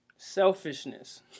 Selfishness